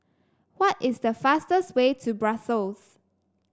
why is the fastest way to Brussels